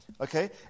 Okay